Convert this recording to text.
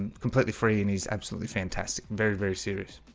completely free and he's absolutely fantastic very very serious